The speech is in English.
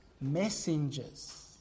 Messengers